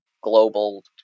global